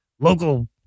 local